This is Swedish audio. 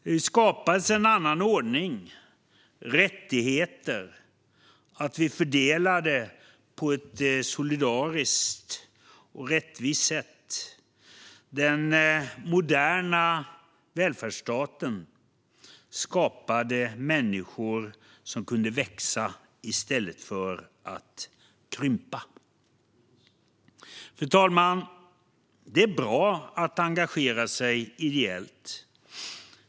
Det skapades en annan ordning med rättigheter, så att vi fördelade på ett solidariskt och rättvist sätt. Den moderna välfärdsstaten skapade människor som kunde växa i stället för att krympa. Fru talman! Det är bra att engagera sig ideellt.